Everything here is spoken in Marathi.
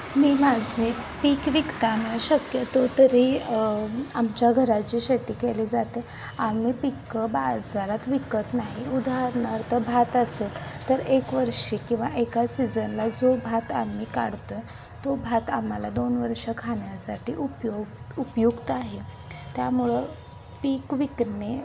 मी माझे पीक विकताना शक्यतो तरी आमच्या घराची शेती केली जाते आम्ही पिकं बाजारात विकत नाही उदाहरणार्थ भात असेल तर एक वर्षी किंवा एकाच सीझनला जो भात आम्ही काढतो आहे तो भात आम्हाला दोन वर्ष खाण्यासाठी उपयोग उपयुक्त आहे त्यामुळं पीक विकणे